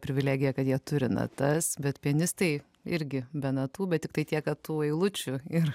privilegija kad jie turi natas bet pianistai irgi be natų bet tiktai tiek kad tų eilučių ir